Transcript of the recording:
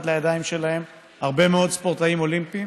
לידיים שלהם הרבה מאוד ספורטאים אולימפיים,